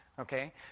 Okay